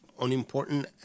unimportant